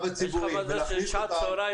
הציבורי ולהכניס אותן --- יש לך מזל ששעת צהרים,